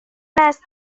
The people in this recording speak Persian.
است